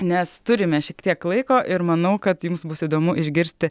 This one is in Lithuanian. nes turime šiek tiek laiko ir manau kad jums bus įdomu išgirsti